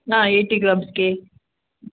ಹಾಂ ಎಯ್ಟಿ ಗ್ರಾಮ್ಸಿಗೆ